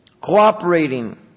cooperating